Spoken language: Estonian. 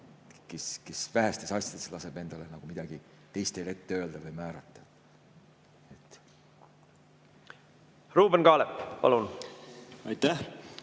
et vähestes asjades laseb endale midagi teistel ette öelda või määrata.